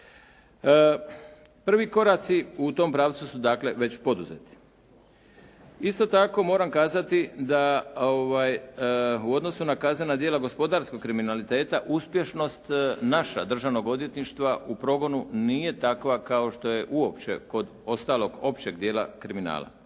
Prvi koraci u tom pravcu su dakle, već poduzeti. Isto tako moram kazati da u odnosu na kaznena djela gospodarskog kriminaliteta uspješnost našeg državnog odvjetništva u progonu nije takva kao što je uopće kod ostalog općeg djela kriminala.